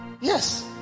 Yes